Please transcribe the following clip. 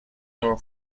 your